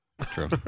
True